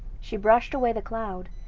she brushed away the cloud,